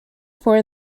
for